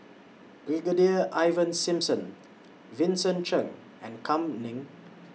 Brigadier Ivan Simson Vincent Cheng and Kam Ning